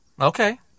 Okay